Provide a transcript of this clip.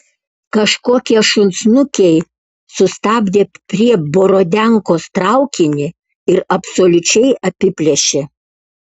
kažkokie šunsnukiai sustabdė prie borodiankos traukinį ir absoliučiai apiplėšė